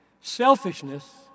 Selfishness